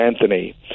Anthony